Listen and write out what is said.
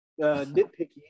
nitpicky